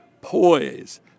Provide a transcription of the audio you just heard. poise